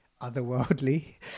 otherworldly